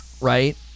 Right